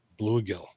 bluegill